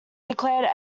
declared